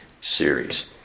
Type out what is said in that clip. series